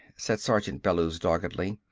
said sergeant bellews doggedly,